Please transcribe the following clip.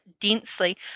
densely